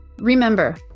Remember